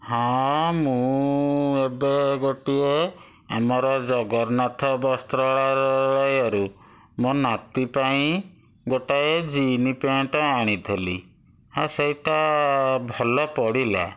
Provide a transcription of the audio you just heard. ହଁ ମୁଁ ଏବେ ଗୋଟିଏ ଆମର ଜଗନ୍ନାଥ ବସ୍ତ୍ରାଳୟରୁ ମୋ ନାତି ପାଇଁ ଗୋଟାଏ ଜିନ୍ସ ପ୍ୟାଣ୍ଟ ଆଣିଥିଲି ହଁ ସେଇଟା ଭଲ ପଡ଼ିଲା